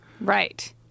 Right